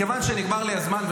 מכיוון שנגמר לי הזמן,